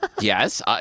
Yes